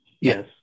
yes